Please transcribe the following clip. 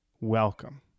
Welcome